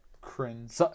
Cringe